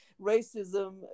racism